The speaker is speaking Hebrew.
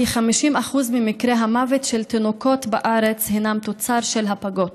כ-50% ממקרי המוות של תינוקות בארץ הינם תוצר של הפגות.